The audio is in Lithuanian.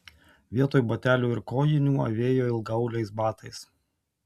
vietoj batelių ir kojinių avėjo ilgaauliais batais